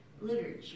literature